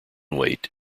weight